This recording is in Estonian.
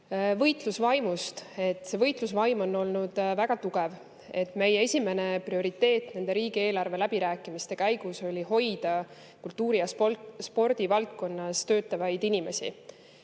Võitlusvaimust. Võitlusvaim on olnud väga tugev. Meie esimene prioriteet riigieelarve läbirääkimiste käigus oli hoida kultuuri- ja spordivaldkonnas töötavaid inimesi.